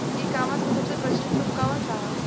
ई कॉमर्स क सबसे प्रचलित रूप कवन सा ह?